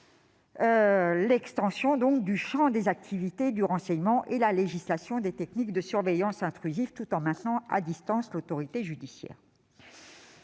l'extension du champ des activités du renseignement et la légalisation de techniques de surveillance intrusives, en parallèle d'un maintien à distance de l'autorité judiciaire.